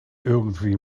irgendwie